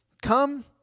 Come